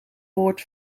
woord